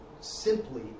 simply